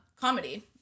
comedy